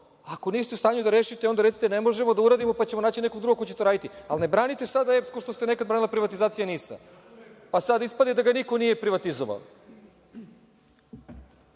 Ako niste u stanju da rešite, onda recite – ne možemo da uradimo, pa ćemo naći nekog drugog ko će to raditi, ali ne branite sada EPS kao što ste nekad branili privatizaciju NIS-a. Sada ispada da ga niko nije privatizovao.